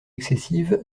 excessive